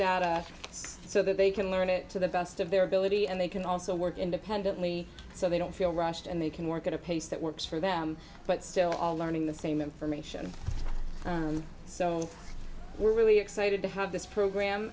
data so that they can learn it to the best of their ability and they can also work independently so they don't feel rushed and they can work at a pace that works for them but still all learning the same information so we're really excited to have this program